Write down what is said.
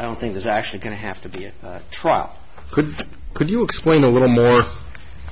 i don't think there's actually going to have to be a trial could could you explain a little more